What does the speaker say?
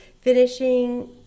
finishing